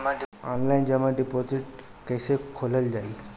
Online जमा deposit कैसे खोलल जाइ?